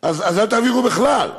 אז אל תעבירו בכלל.